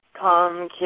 come